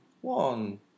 one